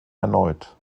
erneut